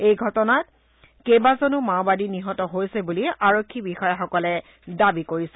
এই ঘটনাত কেইবাজনো মাওবাদী নিহত হৈছে বুলি আৰক্ষী বিষয়াসকলে দাবী কৰিছে